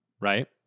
right